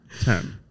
ten